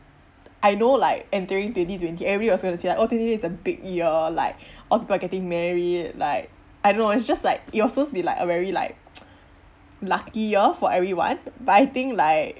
I know like entering twenty twenty everybody is gonna say like oh twenty twenty is a big year like all people are getting married like I don't know it's just like it was supposed to be like a very like lucky year for everyone but I think like